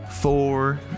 four